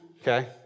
okay